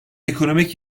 ekonomik